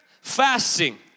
fasting